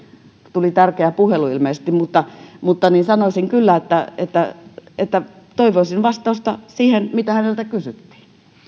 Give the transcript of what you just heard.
tuli tärkeä puhelu ilmeisesti sanoisin kyllä että että toivoisin vastausta siihen mitä häneltä kysyttiin